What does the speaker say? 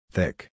Thick